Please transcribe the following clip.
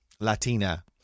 Latina